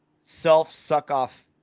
self-suck-off